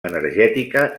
energètica